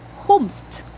homesite,